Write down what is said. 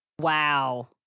Wow